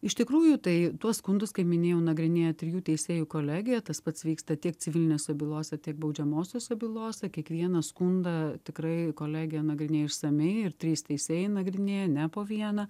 iš tikrųjų tai tuos skundus kaip minėjau nagrinėja trijų teisėjų kolegija tas pats vyksta tiek civilinėse bylose tiek baudžiamosiose bylose kiekvieną skundą tikrai kolegija nagrinėja išsamiai ir trys teisėjai nagrinėja ne po vieną